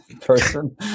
person